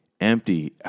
Empty